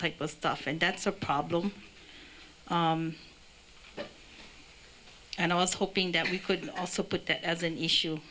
type of stuff and that's a problem and i was hoping that we could put that as an issue